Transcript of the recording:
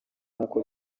nk’uko